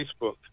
Facebook